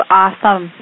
awesome